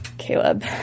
Caleb